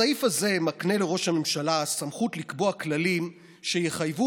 הסעיף הזה מקנה לראש הממשלה סמכות לקבוע כללים שיחייבו